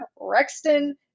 Rexton